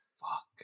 Fuck